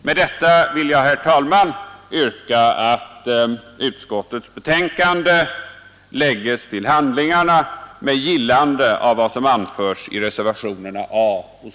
Med detta vill jag, herr talman, yrka att utskottets betänkande lägges till handlingarna med gillande av vad som anförts i reservationerna A och €&